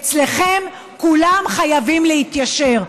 אצלכם כולם חייבים להתיישר.